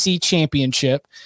championship